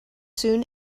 soon